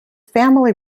family